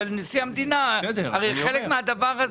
אבל נשיא המדינה, הרי חלק מהדבר הזה.